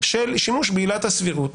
על שימוש בעילת הסבירות,